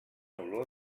olor